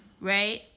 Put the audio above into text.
right